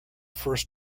first